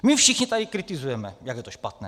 My všichni tady kritizujeme, jak je to špatné.